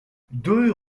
deux